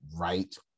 right